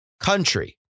country